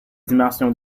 dimensions